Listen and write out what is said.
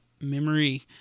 memory